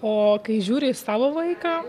o kai žiūri į savo vaiką